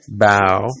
bow